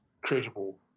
credible